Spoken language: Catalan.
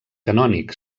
canònic